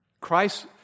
Christ